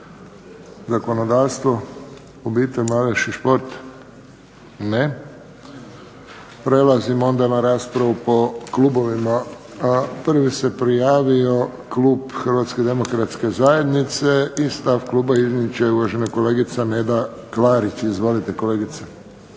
zakonodavstvo, obitelj, mladež i šport? Ne. Prelazimo na raspravu po klubovima. Prvi se prijavio Klub Hrvatske demokratske zajednice i stav kluba iznijet će uvažena kolegica Neda Klarić. Izvolite.